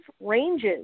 ranges